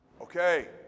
Okay